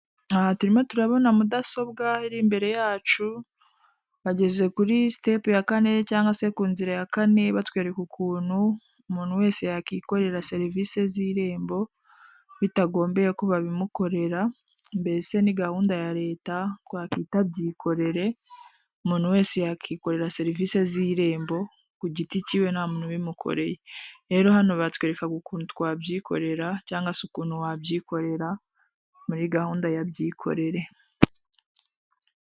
Aha turimo turabona mudasobwa iri imbere yacu, bageze kuri sitepu ya kane cyangwa se ku nzira ya kane batwereka ukuntu umuntu wese yakikorera serivisi z'Urembo bitagombeye ko babimukorera, mbese ni gahunda ya leta twakita byikorere, umuntu wese yakikorera serivisi z'Irembo ku giti cy'iwe, nta muntu ubimukoreye, rero hano batwerekaga ukuntu twabyikorera cyangwa se ukuntu wabyikorera muri gahunda ya byikorere.